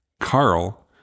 Carl